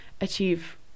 achieve